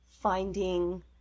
finding